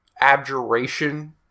abjuration